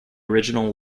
original